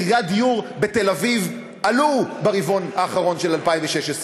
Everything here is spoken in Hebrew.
מחירי הדיור בתל-אביב עלו ברבעון האחרון של 2016,